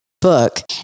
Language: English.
book